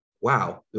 wow